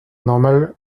normal